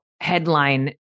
headline